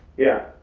yeah.